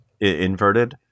inverted